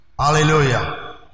Hallelujah